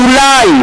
אולי,